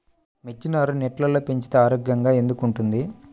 మిర్చి నారు నెట్లో పెంచితే ఆరోగ్యంగా ఎందుకు ఉంటుంది?